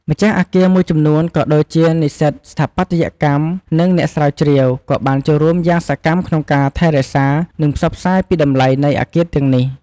ម្ចាស់អគារមួយចំនួន ក៏ដូចជានិស្សិតស្ថាបត្យកម្ម និងអ្នកស្រាវជ្រាវ ក៏បានចូលរួមយ៉ាងសកម្មក្នុងការថែរក្សា និងផ្សព្វផ្សាយពីតម្លៃនៃអគារទាំងនេះ។